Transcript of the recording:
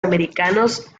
americanos